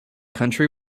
country